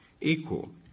equal